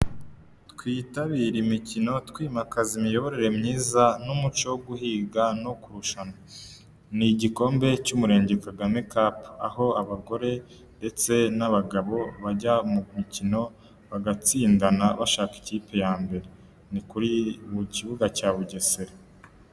Twitabire imikino twimakaza imiyoborere myiza n'umuco wo guhiga no kurushanwa ni igikombe cy'Umurenge Kagame Kapu, aho abagore ndetse n'abagabo bajya mu mikino bagatsindana bashaka ikipe ya mbere ni kuri mu kibuga cya Bugesera.